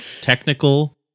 technical